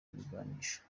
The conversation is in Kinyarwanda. ibigwanisho